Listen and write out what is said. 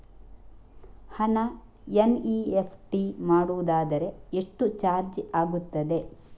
ಹಣ ಎನ್.ಇ.ಎಫ್.ಟಿ ಮಾಡುವುದಾದರೆ ಎಷ್ಟು ಚಾರ್ಜ್ ಆಗುತ್ತದೆ?